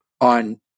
on